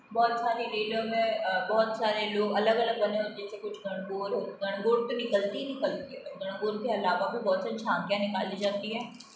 बहुत सारे रीज़न में बहुत सारे लोग अलग अलग बने होते है जैसे कुछ गणगौर होते गणगौर तो निकलती निकलती है गणगौर के अलावा बहुत सारी झाँकियाँ निकाली जाती हैं